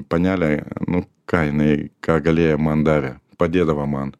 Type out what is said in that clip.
panelė nu ką jinai ką galėjo man davė padėdavo man